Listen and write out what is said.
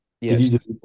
yes